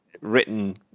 written